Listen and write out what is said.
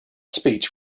speech